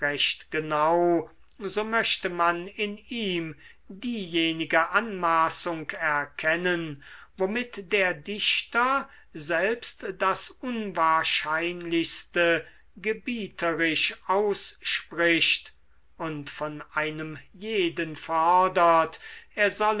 genau so möchte man in ihm diejenige anmaßung erkennen womit der dichter selbst das unwahrscheinlichste gebieterisch ausspricht und von einem jeden fordert er solle